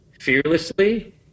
fearlessly